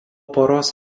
poros